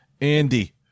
Andy